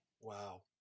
Wow